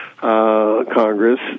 Congress